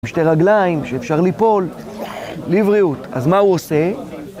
עם שתי רגליים שאפשר ליפול, לבריאות, אז מה הוא עושה?